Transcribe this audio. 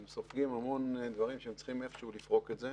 הם סופגים המון דברים שהם צריכים איפשהו לפרוק אותם.